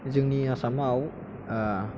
जोंनि आसामाव